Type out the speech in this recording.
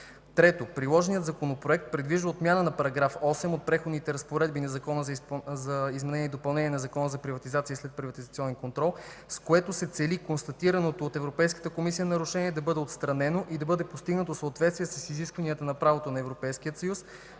III. Предложеният Законопроект предвижда отмяна на § 8 от Преходните разпоредби на Закон за изменение и допълнение на Закона за приватизация и следприватизационен контрол, с което се цели констатираното от Европейската комисия нарушение да бъде отстранено и да бъде постигнато съответствие с изискванията на правото на Европейския съюз